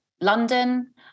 London